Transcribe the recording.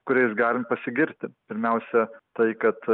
kuriais galim pasigirti pirmiausia tai kad